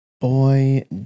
Boy